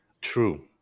True